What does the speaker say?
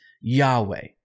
Yahweh